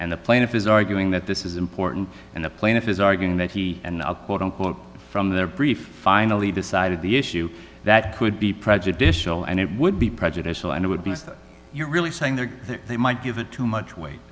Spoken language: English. and the plaintiff is arguing that this is important and the plaintiff is arguing that he and i'll quote unquote from their brief finally decided the issue that could be prejudicial and it would be prejudicial and it would be you're really saying there they might give it too much weight